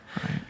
Right